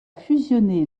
fusionné